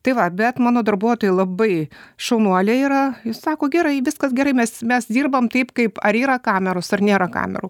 tai va bet mano darbuotojai labai šaunuoliai yra sako gerai viskas gerai mes mes dirbam taip kaip ar yra kameros ar nėra kamerų